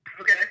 Okay